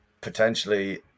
potentially